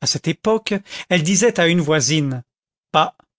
à cette époque elle disait à une voisine